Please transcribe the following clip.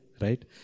Right